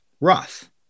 Roth